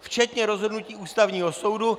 Včetně rozhodnutí Ústavního soudu.